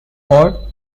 ward